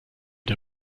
der